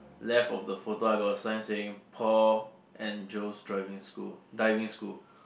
left of the photo I got a sign saying Paul and Joe's Driving School Diving School